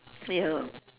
ya